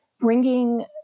bringing